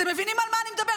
אתם מבינים על מה אני מדברת?